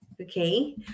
Okay